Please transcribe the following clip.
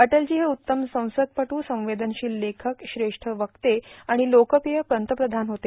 अटलजी हे उत्तम संसदपटू संवेदनशील लेखक श्रेष्ठ वक्ते आणि लोकप्रिय पंतप्रधान होते